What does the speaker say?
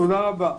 תודה רבה.